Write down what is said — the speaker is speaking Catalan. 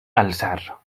alçar